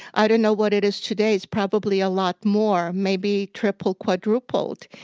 i don't know what it is today it's probably a lot more, maybe tripled, quadrupled.